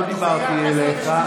לא דיברתי אליך.